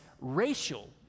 racial